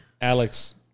Alex